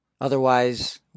Otherwise